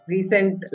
Recent